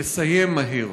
לסיים מהר,